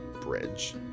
bridge